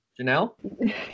Janelle